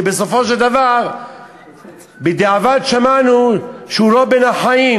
שבסופו של דבר בדיעבד שמענו שהוא לא בין החיים,